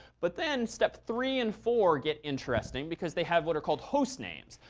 but then step three and four get interesting because they have what are called host names.